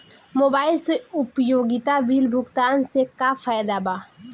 Mobile से उपयोगिता bill भुगतान से का फायदा बा?